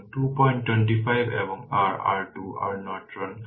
সুতরাং VThevenin 5 i4 পাবে যা 6923 ভোল্ট